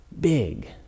big